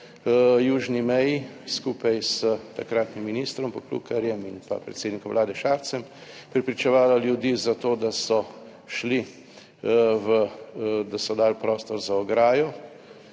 po južni meji skupaj s takratnim ministrom Poklukarjem in pa predsednikom Vlade Šarcem prepričevala ljudi za to, da so šli v, da so dali prostor za ograjo,